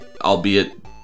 albeit